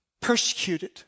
persecuted